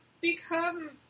become